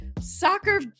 soccer